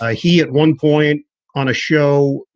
ah he at one point on a show,